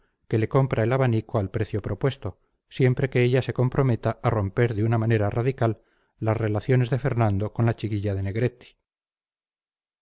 que le compra el abanico al precio propuesto siempre que ella se comprometa a romper de una manera radical las relaciones de fernando con la chiquilla de negretti